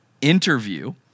interview